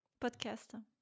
Podcast